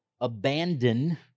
abandon